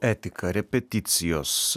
etika repeticijos